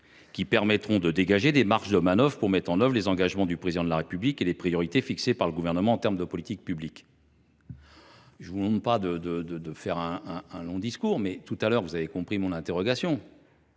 qui permettront de dégager des marges de manœuvre pour mettre en œuvre les engagements du Président de la République et les priorités fixées par le Gouvernement en termes de politique publique. » Je ne vous demande pas de faire un long discours – la loi de programmation